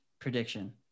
prediction